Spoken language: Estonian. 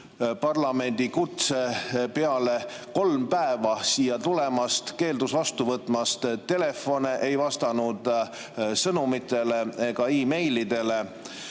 parlamendi kutse peale kolm päeva siia tulemast, keeldus vastu võtmast telefoni, ei vastanud sõnumitele ega meilidele.